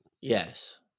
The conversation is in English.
yes